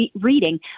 reading